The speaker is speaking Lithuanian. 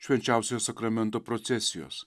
švenčiausiojo sakramento procesijos